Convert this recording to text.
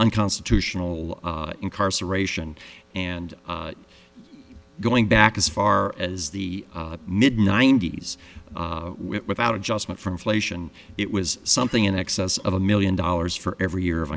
nconstitutional incarceration and going back as far as the mid ninety's without adjustment for inflation it was something in excess of a million dollars for every year of